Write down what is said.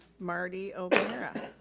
martie o'meara,